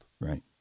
Right